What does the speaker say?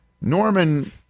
Norman